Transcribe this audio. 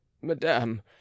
madame